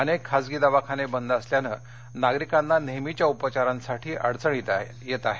अनेक खासगी दवाखाने बंद असल्यानं नागरिकांना नेहमीच्या उपचारांसाठी अडचणी येत आहेत